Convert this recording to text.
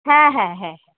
হ্যাঁ হ্যাঁ হ্যাঁ হ্যাঁ